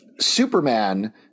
Superman—